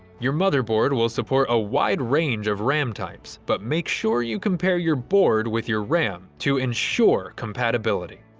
your motherboard will support a wide range of ram types but make sure you compare your board with your ram to ensure compatibility.